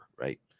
right